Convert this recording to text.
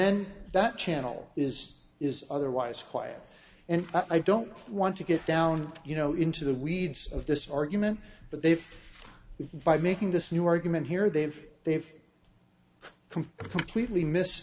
then that channel is is otherwise quiet and i don't want to get down you know into the weeds of this argument but they've vive making this new argument here they've they've completely mis